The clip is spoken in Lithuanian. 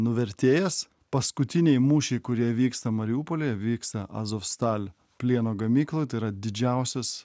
nuvertėjęs paskutiniai mūšiai kurie vyksta mariupolyje vyksta azovstal plieno gamykloj tai yra didžiausias